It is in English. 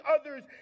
others